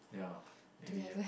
yeah maybe ah